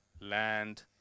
land